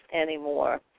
anymore